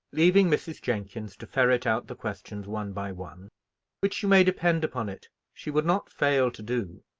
leaving mrs. jenkins to ferret out the questions one by one which, you may depend upon it, she would not fail to do,